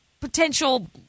potential